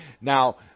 Now